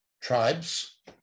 tribes